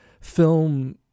Film